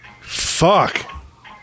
Fuck